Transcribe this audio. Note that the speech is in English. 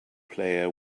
player